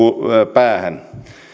päähän